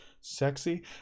sexy